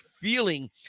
feeling